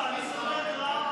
גברתי היושבת-ראש,